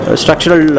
structural